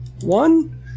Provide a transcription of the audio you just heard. One